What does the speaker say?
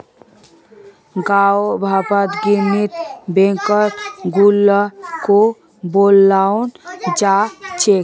गाँउर भाषात पिग्गी बैंकक गुल्लको बोलाल जा छेक